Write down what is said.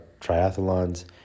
triathlons